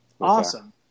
Awesome